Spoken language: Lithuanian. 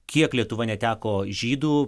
kiek lietuva neteko žydų